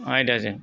आयदाजों